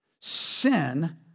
Sin